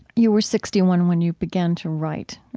you were sixty one when you began to write.